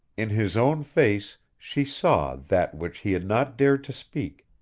in his own face she saw that which he had not dared to speak,